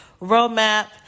roadmap